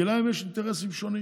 כי יש להם אינטרסים שונים,